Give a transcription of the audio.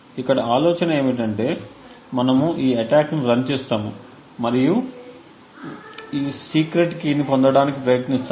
ఇక్కడ ఆలోచన ఏమిటంటే మనము ఈ attack ని రన్ చేస్తాము మరియు ఈ సీక్రెట్ కీని పొందడానికి ప్రయత్నిస్తాము